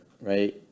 right